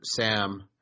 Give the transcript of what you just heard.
Sam